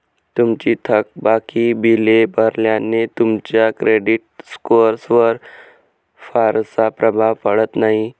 तुमची थकबाकी बिले भरल्याने तुमच्या क्रेडिट स्कोअरवर फारसा प्रभाव पडत नाही